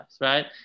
right